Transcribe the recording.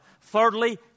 Thirdly